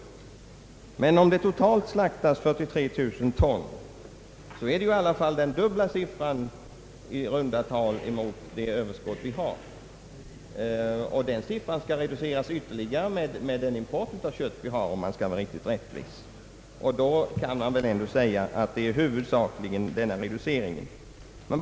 Om ko-slakten uppgår till 43 000 ton, så innebär det i alla fall i runt tal den dubbla siffran mot det överskott vi har, och denna siffra skall reduceras ytterligare med det kött vi importerar, om man skall få en rättvisande bild. Då kan man väl säga att det huvudsakligen är utslaktningen som föranleder överskottet.